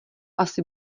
asi